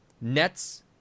nets